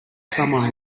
someone